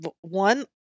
one